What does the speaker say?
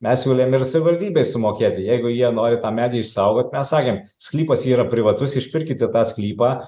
mes siūlėm ir savivaldybei sumokėti jeigu jie nori tą medį išsaugot mes sakėm sklypas yra privatus išpirkite tą sklypą